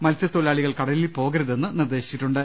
മത്സ്യ ത്തൊഴിലാളികൾ കടലിൽ പോകരുതെന്ന് നിർദ്ദേശിച്ചിട്ടുണ്ട്